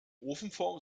ofenform